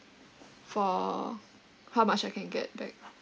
for how much I can get back